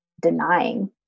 denying